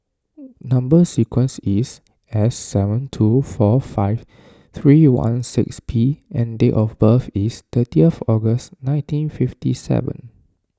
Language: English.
Number Sequence is S seven two four five three one six P and date of birth is thirtieth August nineteen fifty seven